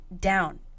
down